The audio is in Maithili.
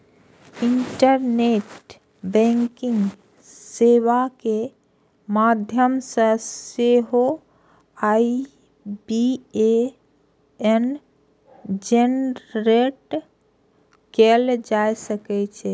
इंटरनेट बैंकिंग सेवा के माध्यम सं सेहो आई.बी.ए.एन जेनरेट कैल जा सकै छै